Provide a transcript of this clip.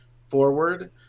forward